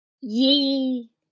Yee